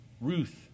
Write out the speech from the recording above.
Ruth